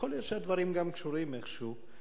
יכול להיות שהדברים גם קשורים איכשהו.